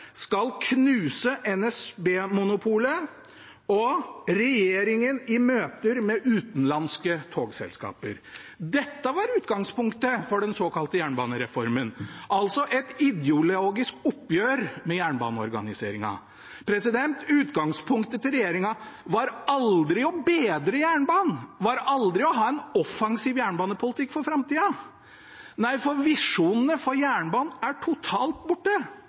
skal skvise så mye tannkrem ut av tuben at Ap ikke får puttet det tilbake.» Og videre overskrifter i oppslaget: «knuse NSBs togmonopol» og «Regjeringen i møter med flere utenlandske togselskaper». Dette var utgangspunktet for den såkalte jernbanereformen, altså et ideologisk oppgjør med jernbaneorganiseringen. Utgangspunktet til regjeringen var aldri å bedre jernbanen, det var aldri å ha en offensiv